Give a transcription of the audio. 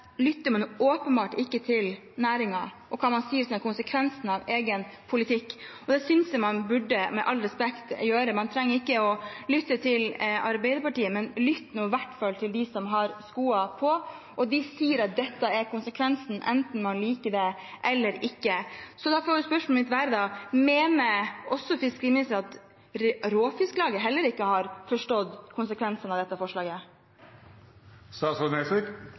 lytter man åpenbart ikke til næringen og hva de sier er konsekvensen av regjeringens politikk. Det synes jeg med all respekt man burde gjøre. Man trenger ikke lytte til Arbeiderpartiet, men man bør i hvert fall lytte til dem som har skoa på, og de sier at dette er konsekvensen, enten man liker det eller ikke. Da blir spørsmålet mitt: Mener fiskeriministeren at heller ikke Råfisklaget har forstått konsekvensene av dette